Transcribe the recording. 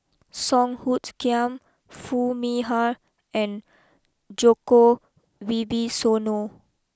Song Hoot Kiam Foo Mee Har and Djoko Wibisono